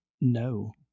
No